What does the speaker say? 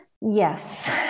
yes